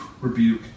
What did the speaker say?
rebuke